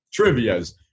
trivias